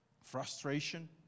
frustration